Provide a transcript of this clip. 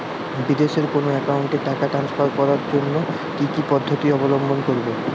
বিদেশের কোনো অ্যাকাউন্টে টাকা ট্রান্সফার করার জন্য কী কী পদ্ধতি অবলম্বন করব?